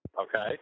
Okay